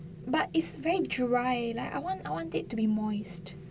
but it's very dry like I want I want it to be moist